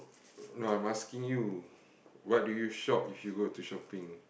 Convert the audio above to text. no I am asking you what do you shop if you go to shopping